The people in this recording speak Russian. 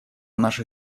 наши